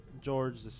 George